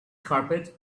carpet